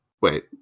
wait